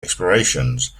explorations